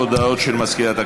הודעות למזכירת הכנסת.